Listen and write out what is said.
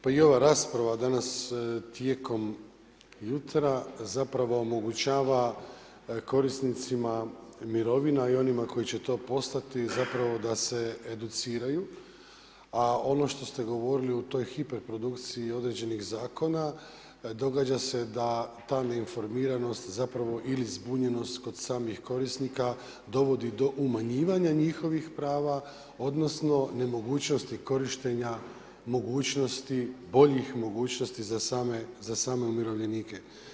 Pa i ova rasprava danas tijekom jutra zapravo omogućava korisnicima mirovina i onima koji će to postati zapravo da se educiraju, a ono što ste govorili u toj hiperprodukciji određenih zakona, događa se da ta neinformiranost zapravo ili zbunjenost kod samih korisnika dovodi do umanjivanja njihovih prava, odnosno nemogućnosti korištenja boljih mogućnosti za same umirovljenike.